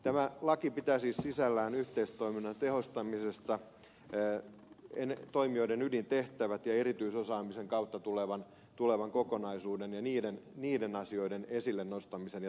tämä laki pitää siis sisällään yhteistoiminnan tehostamisesta toimijoiden ydintehtävien ja erityisosaamisen kautta tulevan kokonaisuuden ja niiden asioiden esille nostamisen ja selkeyttämisen